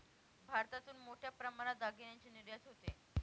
भारतातून मोठ्या प्रमाणात दागिन्यांची निर्यात होते